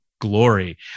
glory